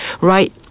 right